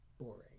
boring